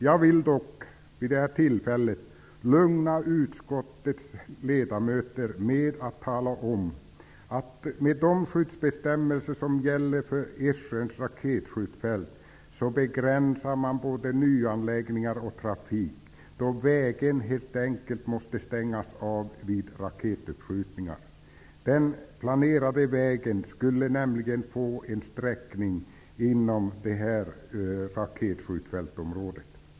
Jag vill dock vid detta tillfälle lugna utskottets ledamöter med att tala om att med de skyddsbestämmelser som gäller för Esranges raketskjutfält begränsas både nyanläggningar och trafik, eftersom vägen helt enkelt måste stängas av vid raketutskjutningar. Den planerade vägen skulle nämligen få en sträckning inom detta raketskjutfältområde.